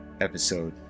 episode